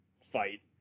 fight